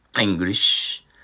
English